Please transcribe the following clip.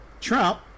Trump